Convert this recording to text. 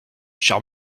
cher